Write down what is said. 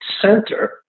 center